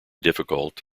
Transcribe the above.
difficult